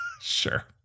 Sure